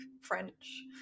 French